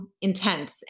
intense